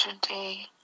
today